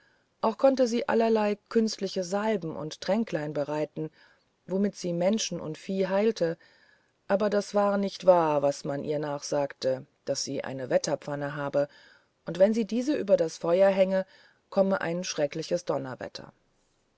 auch konnte sie allerlei künstliche salben und tränklein bereiten womit sie menschen und vieh heilte aber das war nicht wahr was man ihr nachsagte daß sie eine wetterpfanne habe und wenn sie diese über das feuer hänge komme ein schreckliches donnerwetter